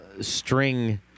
string